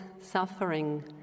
suffering